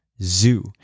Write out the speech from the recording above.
Zoo